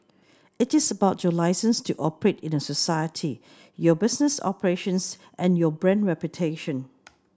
it is about your licence to operate in a society your business operations and your brand reputation